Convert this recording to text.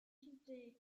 courtship